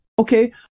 Okay